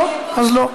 לא, אז לא.